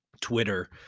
Twitter